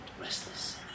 restless